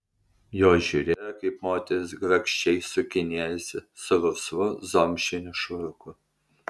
jos žiūrėjo kaip moteris grakščiai sukinėjasi su rusvu zomšiniu švarku